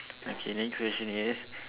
okay next question is